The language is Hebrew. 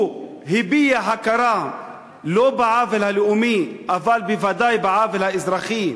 הוא הביע הכרה לא בעוול הלאומי אבל בוודאי בעוול האזרחי,